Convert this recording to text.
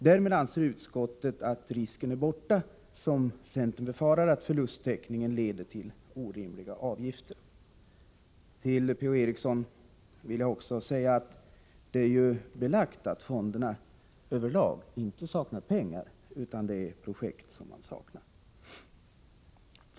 Därmed anser utskottet att risken är borta för det som centern befarar, att förlusttäckningen leder till orimliga avgifter. Till Per-Ola Eriksson vill jag också säga att det är belagt att fonderna över lag inte saknar pengar — det är projekt som saknas.